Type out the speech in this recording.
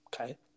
Okay